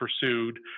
pursued